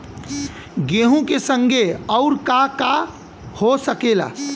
गेहूँ के संगे आऊर का का हो सकेला?